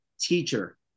teacher